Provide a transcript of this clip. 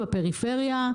בפריפריה,